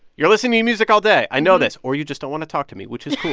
you're listening to music all day. i know this or you just don't want to talk to me, which is